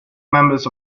members